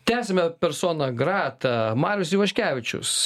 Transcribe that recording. tęsiame persona grata marius ivaškevičius